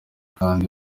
kandi